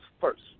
first